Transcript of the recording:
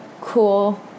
cool